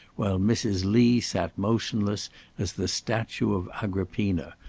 while mrs. lee sat motionless as the statue of agrippina,